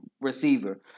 receiver